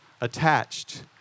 attached